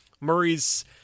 Murray's